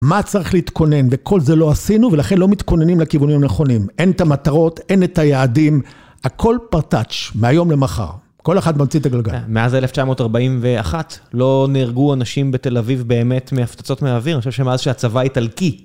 מה צריך להתכונן, וכל זה לא עשינו, ולכן לא מתכוננים לכיוונים הנכונים. אין את המטרות, אין את היעדים, הכל פרטאץ' מהיום למחר. כל אחד ממציא את הגלגל. מאז 1941 לא נהרגו אנשים בתל אביב באמת מהפצצות מהאוויר, אני חושב שמאז שהצבא האיטלקי..